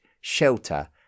shelter